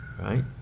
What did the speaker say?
right